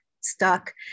stuck